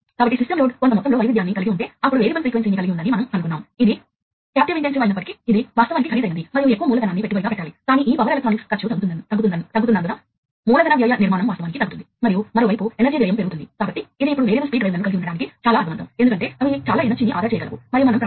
కాబట్టి ఫీల్డ్బస్ పరికరాలను స్థానికంగా జంక్షన్ బాక్స్ కు అనుసంధానించవచ్చు లేదా రిమోట్ I o అని చెప్పనివ్వండి నా ఉద్దేశ్యం ఒక రకమైన డేటా కాన్సన్ట్రేటర్ ఇది ఉంటే అవి నెట్వర్క్ నుండి నేరుగా కనెక్ట్ చేయలేకపోతె మరింత సరళమైన నెట్వర్క్ ఉంటే దాని నుండి నేరుగా కనెక్ట్ చేయవచ్చు